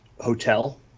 Hotel